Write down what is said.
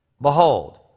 Behold